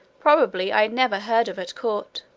probably, i never heard of at court,